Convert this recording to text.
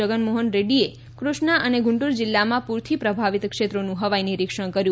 જગનમોહન રેડ્ડીએ કૃષ્ણા અને ગુંટુર જિલ્લામાં પૂરથી પ્રભાવિત ક્ષેત્રોનું હવાઈ નિરીક્ષણ કર્યું